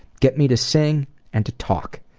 get me to sing and to talk.